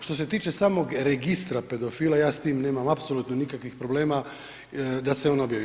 Što se tiče samog registra pedofila, ja s tim nemam apsolutno nikakvih problema da se on objavi.